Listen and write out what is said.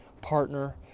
partner